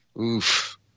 Oof